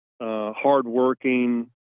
hardworking